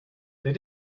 they